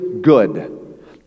good